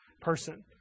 person